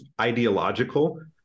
ideological